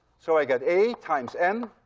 so i get a times m